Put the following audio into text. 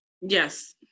Yes